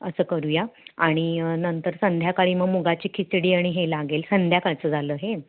असं करूया आणि नंतर संध्याकाळी मग मुगाची खिचडी आणि हे लागेल संध्याकाळचं झालं हे